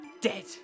dead